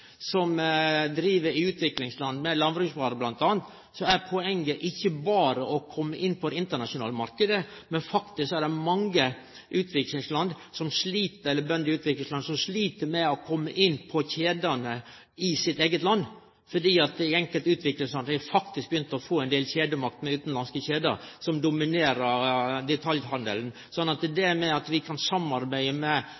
som driv med bl.a. landbruksvarer, er poenget ikkje berre å kome inn på den internasjonale marknaden. Faktisk er det mange bønder i utviklingsland som slit med å kome inn på kjedene i sitt eige land. I enkelte utviklingsland har dei faktisk begynt å få ein del kjedemarknader, utanlandske kjeder, som dominerer detaljhandelen. Det at